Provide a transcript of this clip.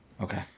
Okay